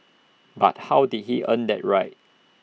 but how did he earn that right